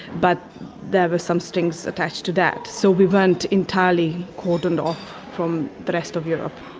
but there were some strings attached to that. so we weren't entirely cordoned off from the rest of europe.